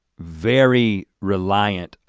very reliant,